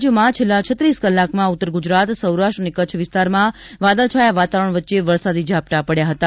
રાજ્યમાં છેલ્લા ઉદ્દ કલાકમાં ઉત્તર ગુજરાત સૌરાષ્ટ્ર અને કચ્છ વિસ્તારમાં વાદળછાયા વાતાવરણ વચ્ચે વરસાદી ઝાપટાં પડ્યા હતા